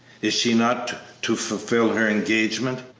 is she not to fulfil her engagement?